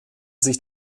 sich